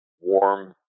warm